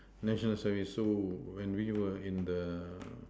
national service so when we were in the